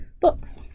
books